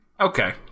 Okay